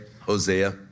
Hosea